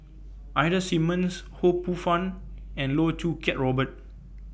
Ida Simmons Ho Poh Fun and Loh Choo Kiat Robert